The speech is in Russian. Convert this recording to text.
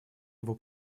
его